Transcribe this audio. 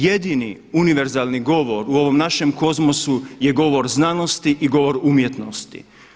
Jedini univerzalni govor u ovom našem kozmosu je govor znanosti i govor umjetnosti.